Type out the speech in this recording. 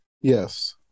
Yes